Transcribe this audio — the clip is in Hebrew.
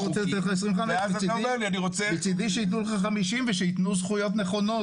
אני רוצה לתת לך 25. מצדי שייתנו לך 50 ושיתנו זכויות נכונות.